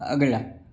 अगला